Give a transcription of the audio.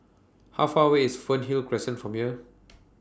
How Far away IS Fernhill Crescent from here